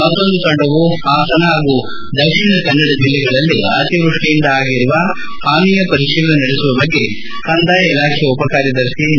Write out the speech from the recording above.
ಮತ್ತೊಂದು ತಂಡವು ಹಾಸನ ಹಾಗೂ ಮಂಗಳೂರು ಜಿಲ್ಲೆಗಳಲ್ಲಿ ಅತಿವೃಷ್ಷಿಯಿಂದ ಆಗಿರುವ ಹಾನಿಯ ಪರಿಶೀಲನೆ ನಡೆಸುವ ಬಗ್ಗೆ ಕಂದಾಯ ಇಲಾಖೆಯ ಉಪಕಾರ್ಯದರ್ಶಿ ಟಿ